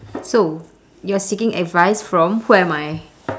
so you are seeking advice from who am I